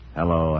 hello